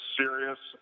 serious